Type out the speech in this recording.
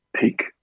peak